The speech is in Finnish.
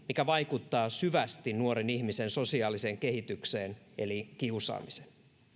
mikä vaikuttaa syvästi nuoren ihmisen sosiaaliseen kehitykseen eli kiusaamisen